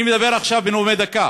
אני מדבר עכשיו בנאומי דקה,